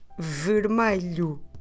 vermelho